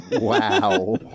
Wow